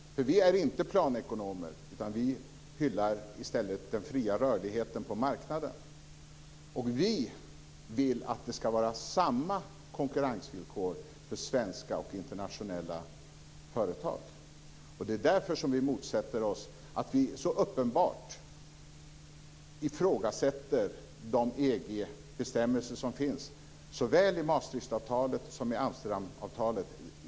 Vi är inte planekonomer, utan vi hyllar i stället den fria rörligheten på marknaden. Vi vill att det ska vara samma konkurrensvillkor för svenska och internationella företag. Det är därför vi motsätter oss att man så uppenbart ifrågasätter de EG-bestämmelser som finns, såväl i Maastrichtavtalet som i Amsterdamavtalet.